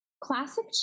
classic